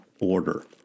order